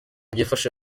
byifashe